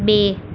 બે